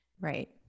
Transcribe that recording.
Right